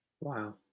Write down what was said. Wow